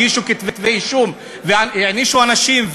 הגישו כתבי-אישום והענישו אנשים,